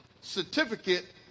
certificate